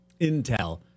intel